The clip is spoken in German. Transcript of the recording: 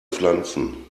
pflanzen